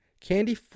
Candy